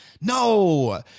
No